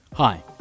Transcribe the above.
Hi